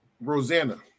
Rosanna